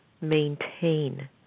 maintain